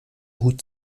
hut